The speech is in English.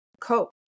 cope